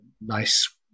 nice